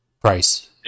price